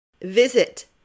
Visit